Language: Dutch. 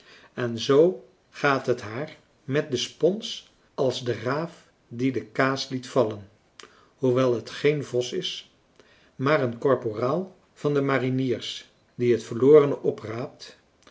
en zoo gaat het haar met de spons als de raaf die de kaas liet vallen hoewel het geen vos is maar een korporaal van de mariniers die het verlorene opraapt